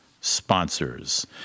sponsors